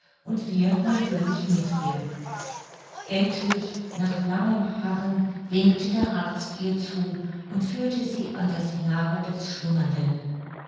und wir natürlich mit ihr endlich nach langem harren winkte der arzt ihr zu und führte sie an das lager des schlummernden